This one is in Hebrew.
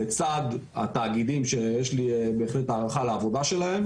לצד התאגידים, ויש לי בהחלט הערכה לעבודתם,